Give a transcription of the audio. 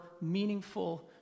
meaningful